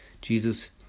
Jesus